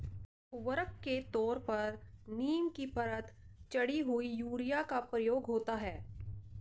उर्वरक के तौर पर नीम की परत चढ़ी हुई यूरिया का प्रयोग होता है